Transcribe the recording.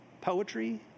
poetry